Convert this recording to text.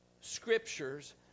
scriptures